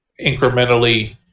incrementally